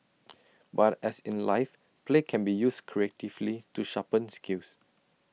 but as in life play can be used creatively to sharpen skills